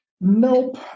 nope